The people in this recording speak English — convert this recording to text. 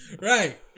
Right